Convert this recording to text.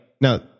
Now